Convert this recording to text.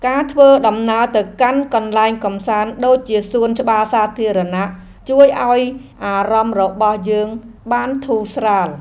ការធ្វើដំណើរទៅកាន់កន្លែងកម្សាន្តដូចជាសួនច្បារសាធារណៈជួយឱ្យអារម្មណ៍របស់យើងបានធូរស្រាល។